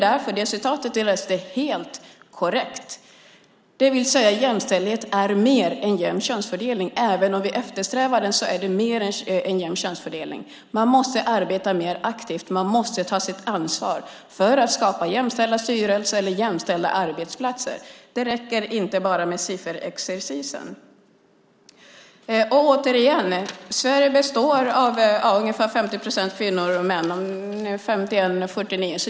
Därför är det citat du läste upp helt korrekt, det vill säga att jämställdhet är mer än jämn könsfördelning. Även om vi eftersträvar detta är jämställdhet mer än jämn könsfördelning. Man måste arbeta mer aktivt. Man måste ta sitt ansvar för att skapa jämställda styrelser eller jämställda arbetsplatser. Det räcker inte med bara sifferexercis. Sveriges befolkning består av ungefär 50 procent kvinnor och ungefär 50 procent män.